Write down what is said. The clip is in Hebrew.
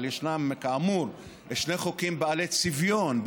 אבל ישנם כאמור שני חוקים בעלי צביון,